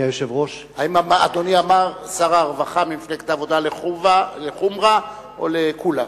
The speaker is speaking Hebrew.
האם אדוני אמר "שר הרווחה ממפלגת העבודה" לחומרא או לקולא?